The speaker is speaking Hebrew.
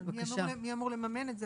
מי אמור לממן את זה?